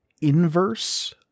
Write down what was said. inverse